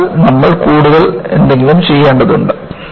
അതിനാൽ നമ്മൾ കൂടുതൽ എന്തെങ്കിലും ചെയ്യേണ്ടതുണ്ട്